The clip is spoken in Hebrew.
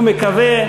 ומקווה,